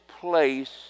place